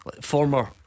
former